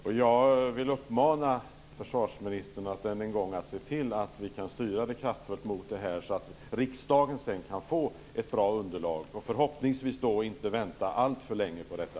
Jag vill än en gång uppmana försvarsministern att se till att vi kan styra det kraftfullt mot detta, så att riksdagen sedan kan få ett bra underlag. Förhoppningsvis behöver vi inte vänta alltför länge på detta.